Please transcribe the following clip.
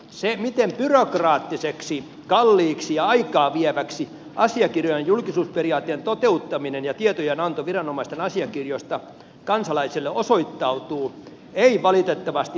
se miten byrokraattiseksi kalliiksi ja aikaa vieväksi asiakirjojen julkisuusperiaatteen toteuttaminen ja tietojenanto viranomaisten asiakirjoista kansalaisille osoittautuu ei valitettavasti ilmene esityksestä